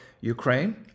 Ukraine